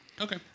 Okay